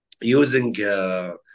Using